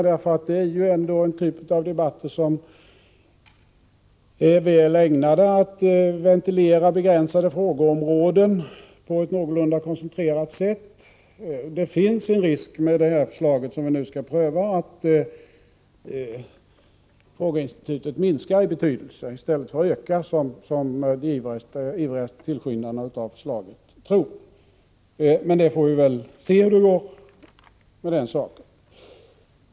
Det är ju ändå en typ av debatter som är väl ägnade att ventilera begränsade frågeområden på ett någorlunda koncentrerat sätt. Det finns en risk med det förslag som vi nu skall pröva att frågeinstitutet minskar i betydelse i stället för att öka, som de ivrigaste tillskyndarna av förslaget tror. Men vi får väl se hur det blir med den saken.